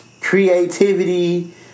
creativity